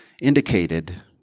indicated